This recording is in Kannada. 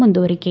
ಮುಂದುವರಿಕೆ